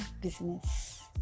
business